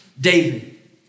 david